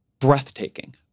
breathtaking